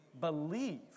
Believe